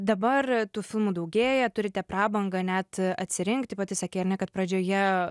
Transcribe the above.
dabar tų filmų daugėja turite prabangą net atsirinkti pati sakei ar ne kad pradžioje